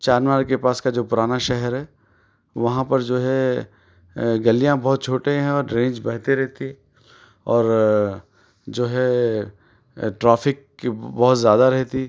چار مینار کے پاس کا جو پرانا شہر ہے وہاں پر جو ہے گلیاں بہت چھوٹے ہیں اور ڈرینج بہتے رہتی اور جو ہے ٹرافک کی بہت زیادہ رہتی